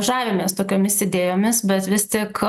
žavimės tokiomis idėjomis bet vis tik